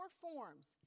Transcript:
forms